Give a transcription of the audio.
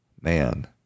Man